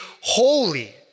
holy